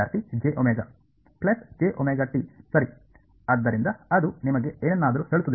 ಸರಿ ಆದ್ದರಿಂದ ಅದು ನಿಮಗೆ ಏನನ್ನಾದರೂ ಹೇಳುತ್ತದೆಯೇ